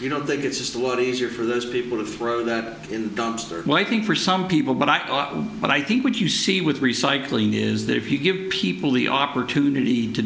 you know that it's just what easier for those people to throw that in the dumpster well i think for some people but i but i think what you see with recycling is that if you give people the opportunity to